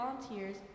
volunteers